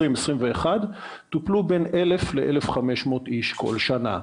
2020 ו-2021 טופלו בין 1,000 ל-1,500 איש כל שנה.